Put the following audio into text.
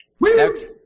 Next